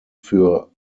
für